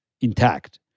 intact